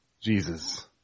Jesus